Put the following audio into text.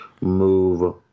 move